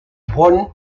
bond